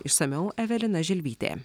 išsamiau evelina želvytė